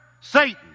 Satan